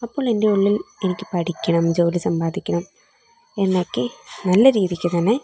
അപ്പോൾ എൻ്റെ ഉള്ളിൽ എനിക്ക് പഠിക്കണം ജോലി സമ്പാദിക്കണം എന്നൊക്കെ നല്ല രീതിക്ക് തന്നെ